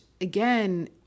again